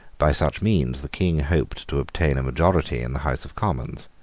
by such means the king hoped to obtain a majority in the house of commons.